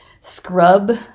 scrub